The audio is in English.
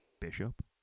Bishop